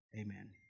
amen